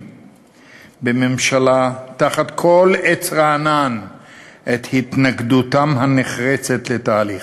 בממשלה תחת כל עץ רענן את התנגדותם הנחרצת לתהליך.